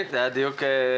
זה היה דיוק חשוב,